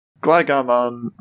Gligarmon